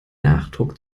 nachdruck